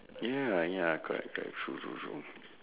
ya ya correct correct true true true